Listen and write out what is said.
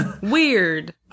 weird